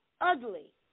ugly